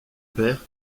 père